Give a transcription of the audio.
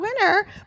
Winner